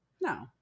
No